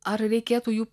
ar reikėtų jų